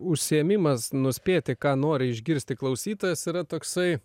užsiėmimas nuspėti ką nori išgirsti klausytojas yra toksai